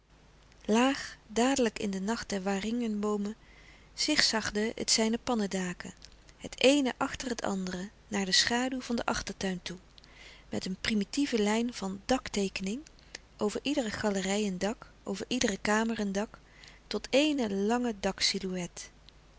laag dadelijk in den nacht der waringinboomen zigzagde het zijne pannendaken het eene achter het andere naar de schaduw van den achtertuin toe met een primitieve lijn van dakteekening over iedere galerij een dak over iedere kamer een dak tot éene lange